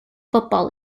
football